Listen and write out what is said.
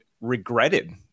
regretted